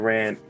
Ran